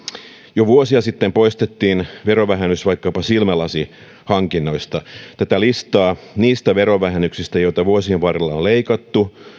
jo vuosia sitten poistettiin verovähennys vaikkapa silmälasihankinnoista tätä listaa niistä verovähennyksistä joita vuosien varrella on leikattu